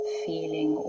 feeling